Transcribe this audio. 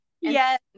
Yes